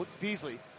Beasley